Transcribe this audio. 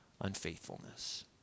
unfaithfulness